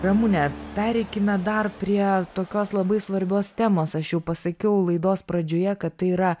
ramune pereikime dar prie tokios labai svarbios temos aš jau pasakiau laidos pradžioje kad tai yra